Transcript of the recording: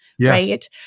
right